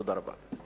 תודה רבה.